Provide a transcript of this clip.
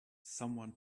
someone